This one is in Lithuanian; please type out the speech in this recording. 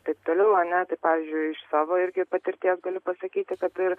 taip toliau a ne tai pavyzdžiui iš savo irgi patirties galiu pasakyti kad ir